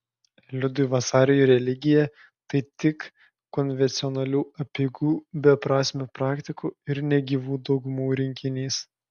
liudui vasariui religija tai tik konvencionalių apeigų beprasmių praktikų ir negyvų dogmų rinkinys